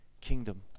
kingdom